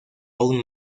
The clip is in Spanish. aún